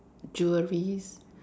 jewellery